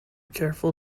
careful